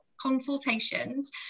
consultations